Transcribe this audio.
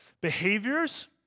behaviors